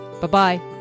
Bye-bye